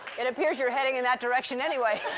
it appears you're heading in that direction anyway.